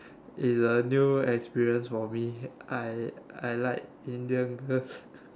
is a new experience for me I I like Indian girls